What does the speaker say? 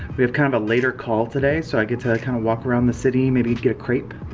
we have kind of a later call today so i get to kind of walk around the city, maybe get a crepe.